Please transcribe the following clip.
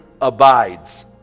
abides